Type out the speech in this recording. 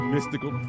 Mystical